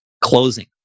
Closing